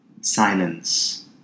silence